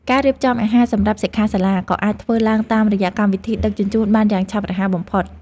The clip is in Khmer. ការរៀបចំអាហារសម្រាប់សិក្ខាសាលាក៏អាចធ្វើឡើងតាមរយៈកម្មវិធីដឹកជញ្ជូនបានយ៉ាងឆាប់រហ័សបំផុត។